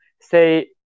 say